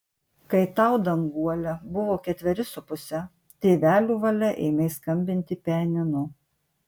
kai tau danguole buvo ketveri su puse tėvelių valia ėmei skambinti pianinu